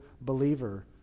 believer